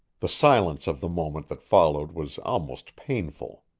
the silence of the moment that followed was almost painful.